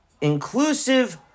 inclusive